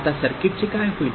आता सर्किटचे काय होईल